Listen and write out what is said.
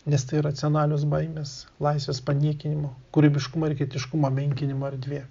nes tai iracionalios baimės laisvės paniekinimo kūrybiškumą ir ketiškumą menkinimo erdvė